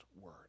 word